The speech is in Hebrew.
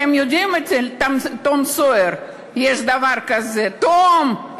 אתם יודעים, אצל תום סויר יש דבר כזה: "תום.